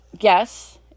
yes